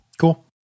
Cool